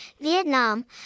Vietnam